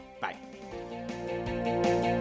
Bye